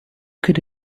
could